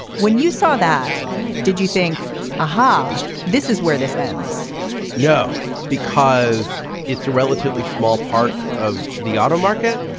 when you saw that did you think aha this is where this ends no because it's a relatively small part of the auto market.